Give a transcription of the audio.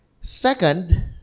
Second